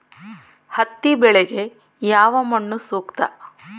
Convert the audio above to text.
ಹತ್ತಿ ಬೆಳೆಗೆ ಯಾವ ಮಣ್ಣು ಸೂಕ್ತ?